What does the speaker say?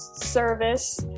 service